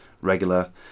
regular